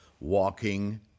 walking